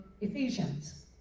Ephesians